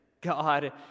God